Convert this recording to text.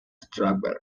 strasberg